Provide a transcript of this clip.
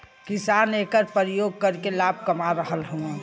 किसान एकर परियोग करके लाभ कमा रहल हउवन